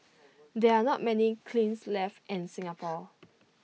there are not many kilns left in Singapore